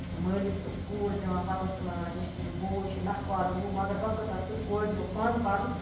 مٲلِس ٲس کوٗر زیوان پَتہٕ اوس تِمَن وَنان أمِس چھُ بوے یہِ چھِ نَکھٕ والٕںۍ ہُہ مَگر وقت آو سُہ تہِ کورِ لوٚگ پانہٕ پَرُن